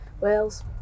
Wales